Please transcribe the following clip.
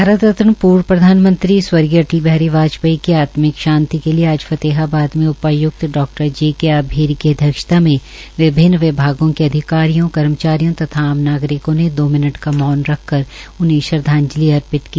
भारत रत्न पूर्व प्रधानमंत्री स्वर्गीय अटल बिहारी वाजपेयी की आत्मिक शांति के लिए फतेहाबाद में उपाय्क्त डा जे के आभीर की अध्यक्षता में विभन्न विभागों के अधिकारियों कर्मचारियों तथा आम नागरिकों ने दो मिनट का मौन रखकर उन्हें श्रद्वाजंलि अर्पित की